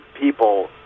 people